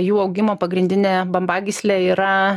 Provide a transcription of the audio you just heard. jų augimo pagrindinė bambagyslė yra